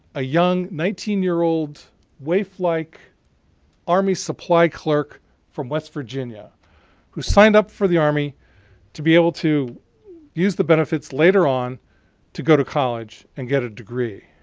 a young nineteen year old waif-like army supply clerk from west virginia who signed up for the army to be able to use the benefits later on to go to college and get a degree.